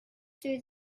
through